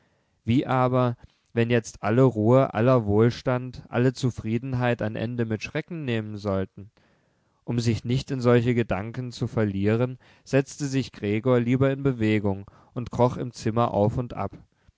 wie aber wenn jetzt alle ruhe aller wohlstand alle zufriedenheit ein ende mit schrecken nehmen sollten um sich nicht in solche gedanken zu verlieren setzte sich gregor lieber in bewegung und kroch im zimmer auf und ab